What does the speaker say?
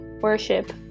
worship